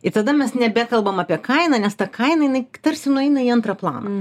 ir tada mes nebekalbam apie kainą nes ta kaina jinai tarsi nueina į antrą planą